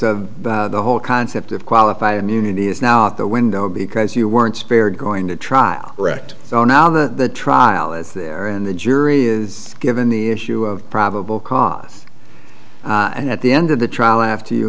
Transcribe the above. purpose the whole concept of qualified immunity is now out the window because you weren't spared going to trial correct so now the trial is there and the jury is given the issue of probable cause and at the end of the trial after you